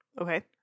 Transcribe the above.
Okay